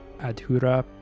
Adhura